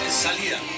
Salida